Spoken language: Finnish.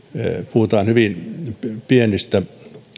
puhutaan hyvin pienistä